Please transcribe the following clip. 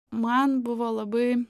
man buvo labai